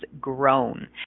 grown